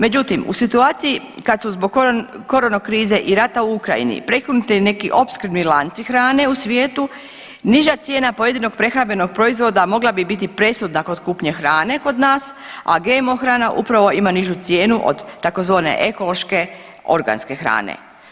Međutim u situaciji kad su zbog corona krize i rata u Ukrajini prekinuti i neki opskrbni lanci hrane u svijetu niža cijena pojedinog prehrambenog proizvoda mogla bi biti presudna kod kupnje hrane kod nas a GMO hrana upravo ima nižu cijenu od tzv. ekološke, organske hrane.